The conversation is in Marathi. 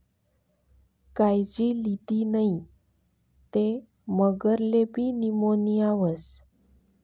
कायजी लिदी नै ते मगरलेबी नीमोनीया व्हस